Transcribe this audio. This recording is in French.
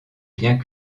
biens